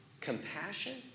compassion